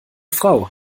frau